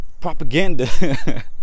propaganda